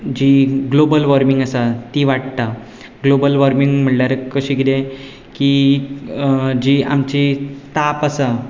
जी global warming आसा ती वाडटा ग्लोबल वॉर्मींग म्हणल्यार कशें किदें की जी आमची ताप आसा